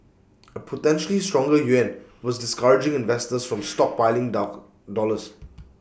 A potentially stronger yuan was discouraging investors from stockpiling dock dollars